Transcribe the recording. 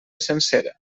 sencera